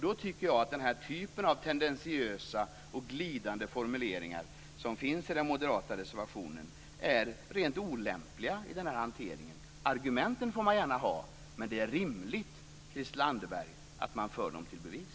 Då tycker jag att den typ av tendentiösa och glidande formuleringar som finns i den moderata reservationen är rent olämpliga. Argumenten får man gärna ha, men det är rimligt, Christel Anderberg, att man för dem till bevis.